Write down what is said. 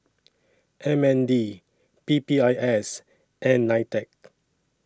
M N D P P I S and NITEC